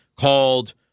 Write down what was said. called